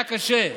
היה קשה,